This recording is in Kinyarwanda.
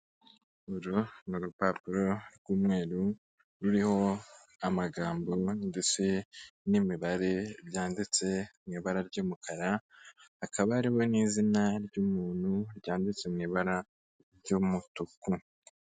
Uru ni urupapuro rw'umweru ruriho amagambo ndetse n'imibare byanditse mu ibara ry'umukara, hakaba harimo n'izina ry'umuntu ryanditse mu ibara ry'umutuku.